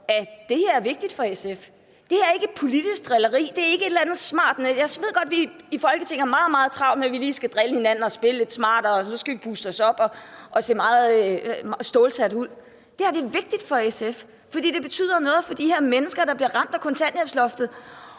tvivl om, at det her er vigtigt for SF. Det her er ikke politisk drilleri; det er ikke et eller andet smart. Jeg ved godt, at vi i Folketinget har meget travlt med, at vi lige skal drille hinanden og spille smarte, så skal vi puste os op og se meget stålsatte ud, men det her er vigtigt for SF, fordi det betyder noget for de mennesker, der bliver ramt af kontanthjælpsloftet.